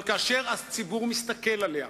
אבל כאשר הציבור מסתכל עליה,